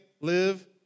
live